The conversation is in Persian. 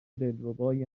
دلربای